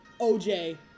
OJ